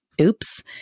Oops